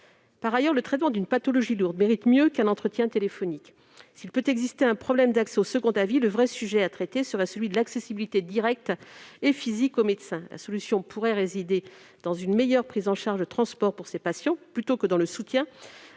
Par ailleurs, le traitement d'une pathologie lourde mérite mieux qu'un entretien téléphonique. S'il peut exister un problème d'accès au second avis, le véritable sujet à traiter serait celui de l'accessibilité directe et physique au médecin. La solution pourrait résider dans une meilleure prise en charge de transport pour ces patients plutôt que dans le soutien